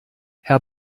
herr